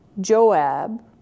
Joab